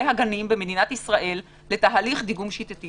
הגנים במדינת ישראל לתהליך דיגום שיטתי.